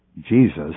Jesus